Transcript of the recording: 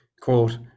quote